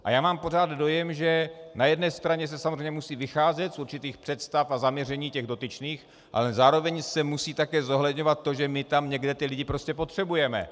A já mám pořád dojem, že na jedné straně se samozřejmě musí vycházet z určitých představ a zaměření dotyčných, ale zároveň se musí také zohledňovat to, že my tam někde ty lidi prostě potřebujeme.